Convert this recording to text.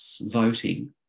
voting